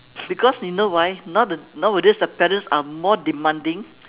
because you know why now the nowadays the parents are more demanding